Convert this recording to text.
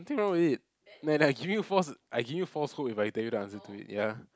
nothing wrong with it and I giving you false I giving you false hope if I tell you the answer to it ya